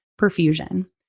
perfusion